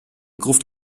gruft